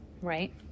right